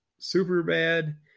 Superbad